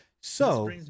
So-